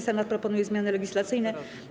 Senat proponuje zmiany legislacyjne.